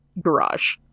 garage